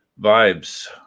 vibes